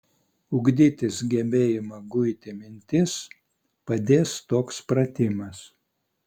ugdytis gebėjimą guiti mintis padės toks pratimas